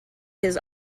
his